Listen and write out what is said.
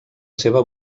seva